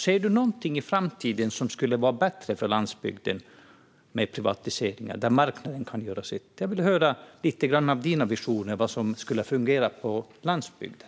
Ser hon något inför framtiden som skulle vara bättre för landsbygden om man gjorde privatiseringar och där marknaden kan göra sitt? Jag skulle vilja höra lite om hennes visioner om vad som kan fungera på landsbygden.